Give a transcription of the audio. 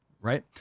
Right